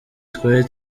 twari